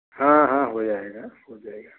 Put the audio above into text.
हाँ हाँ हो जाएगा हो जाएगा